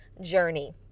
journey